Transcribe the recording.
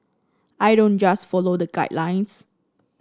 I don't just follow the guidelines